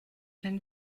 wenn